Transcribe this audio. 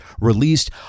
released